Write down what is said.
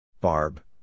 Barb